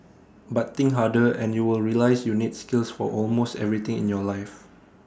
but think harder and you will realise you need skills for almost everything in your life